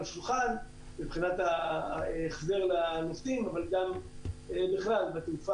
השולחן מבחינת החזר לנוסעים אבל גם בכלל בתעופה.